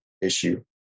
issue